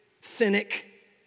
cynic